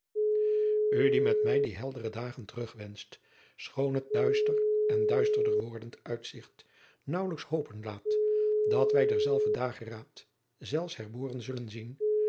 die met mij die heldere dagen terugwenscht schoon het duister en duisterder woradriaan loosjes pzn het leven van maurits lijnslager dend uitzigt naauwelijks hopen laat dat wij der zelver dageraad zelfs herboren zullen zien